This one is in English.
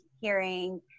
hearing